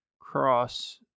cross